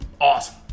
Awesome